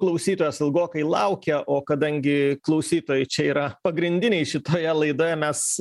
klausytojas ilgokai laukia o kadangi klausytojai čia yra pagrindiniai šitoje laidoje mes